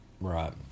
Right